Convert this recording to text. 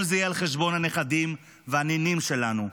כל זה יהיה על חשבון הנכדים והנינים שלנו,